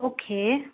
okay